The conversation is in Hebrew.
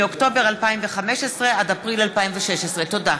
מאוקטובר 2015 עד אפריל 2016. תודה.